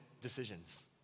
decisions